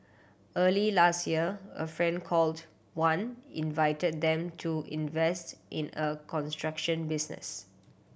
early last year a friend called Wan invited them to invest in a construction business